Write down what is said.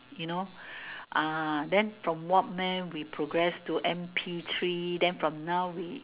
you know ah then from walkman we progress to M_P three then from now we